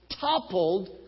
toppled